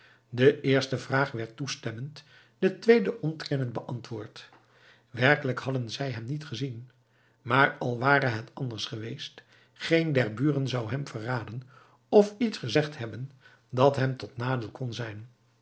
de eerste vraag werd toestemmend de tweede ontkennend beantwoord werkelijk hadden zij hem niet gezien maar al ware het anders geweest geen der buren zou hem verraden of iets gezegd hebben dat hem tot nadeel kon zijn